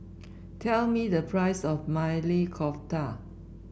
tell me the price of Maili Kofta